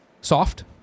Soft